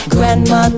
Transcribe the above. Grandma